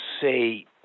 say